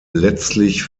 letztlich